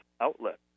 outlet